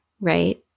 right